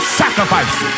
sacrifice